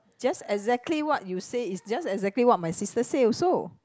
just exactly what you say is just exactly what my sister say also